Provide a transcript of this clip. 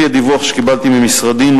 לפי הדיווח שקיבלתי ממשרדי,